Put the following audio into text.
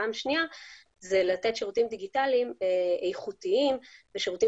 ולתת שירותים דיגיטליים איכותיים ושירותים